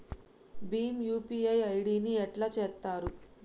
Bhim UPI ID ని ఎట్లా చేత్తరు?